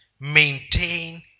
maintain